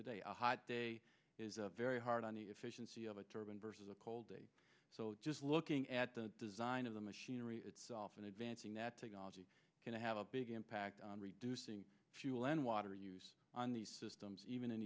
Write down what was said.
the day a hot day is a very hard on the efficiency of a turban versus a cold day so just looking at the design of the machinery itself and advancing that technology can have a big impact on reducing fuel and water use on these systems even in